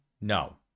No